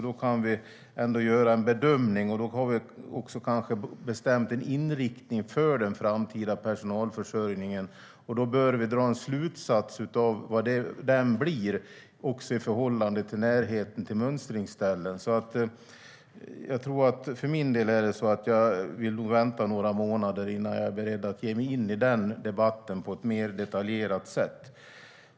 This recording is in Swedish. Då har vi kanske också bestämt en inriktning för den framtida personalförsörjningen, och då bör vi dra en slutsats av vad den blir också i förhållande till närheten till mönstringsställena. För min del vill jag nog vänta några månader innan jag är beredd att ge mig in i den debatten på ett mer detaljerat sätt.